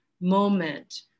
moment